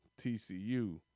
TCU